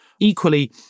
Equally